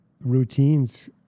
routines